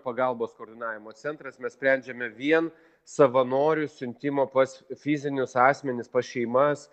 pagalbos koordinavimo centras mes sprendžiame vien savanorių siuntimo pas fizinius asmenis pas šeimas